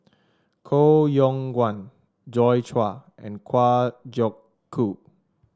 Koh Yong Guan Joi Chua and Kwa Geok Choo